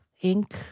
ink